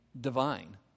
Divine